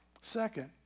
Second